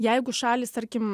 jeigu šalys tarkim